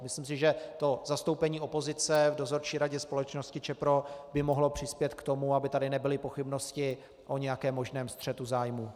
Myslím si, že zastoupení opozice v dozorčí radě společnosti ČEPRO by mohlo přispět k tomu, aby tady nebyly pochybnosti o nějakém možném střetu zájmů.